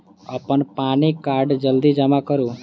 अप्पन पानि कार्ड जल्दी जमा करू?